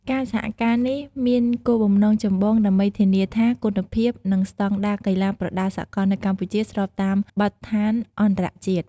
ការសហការនេះមានគោលបំណងចម្បងដើម្បីធានាថាគុណភាព និងស្តង់ដារកីឡាប្រដាល់សកលនៅកម្ពុជាស្របតាមបទដ្ឋានអន្តរជាតិ។